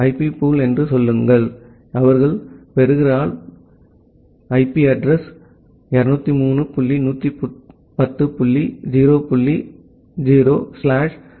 IP pool என்று சொல்லுங்கள் அவர்கள் பெறுகிறார்கள் 203 டாட் 110 டாட் 0 டாட் 0 ஸ்லாஷ் 19